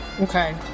Okay